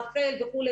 רח"ל וכו'